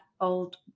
old